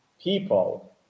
people